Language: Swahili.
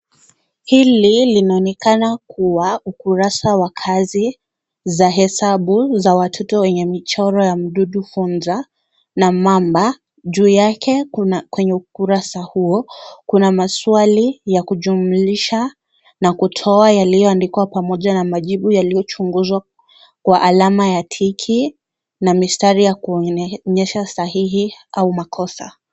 Hili linaonekana kuwa ukurasa wa kazi za he's abuse za watoto wenye mchoro mdudu funja na mamba juu yake kwenye ukurasa huo kuna maswali ya kujumlosha na kutoa yaliyoandikwa pamoja na majibu yaliyochunguzwa kwa alama ya tiki na mstari inayoonyesha sahihi au makosa .